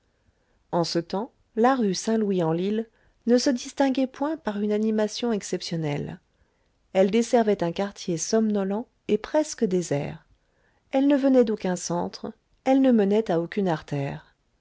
en ce temps la rue saint louis en lile ne se distinguait point par une animation exceptionnelle elle desservait un quartier somnolent et presque désert elle ne venait d'aucun centre elle ne menait a aucune artère